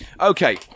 Okay